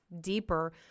deeper